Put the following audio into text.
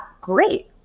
great